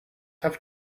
have